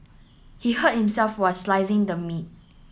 he hurt himself while slicing the meat